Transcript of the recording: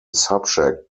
subject